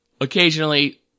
occasionally